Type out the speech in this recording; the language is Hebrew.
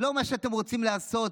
לא מה שאתם רוצים לעשות,